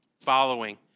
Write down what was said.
following